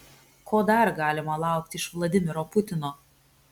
ko dar galima laukti iš vladimiro putino